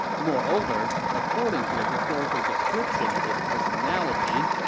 moreover, according to the historical description of his personality